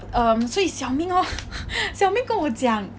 um 所以 xiao ming hor xiao ming 跟我讲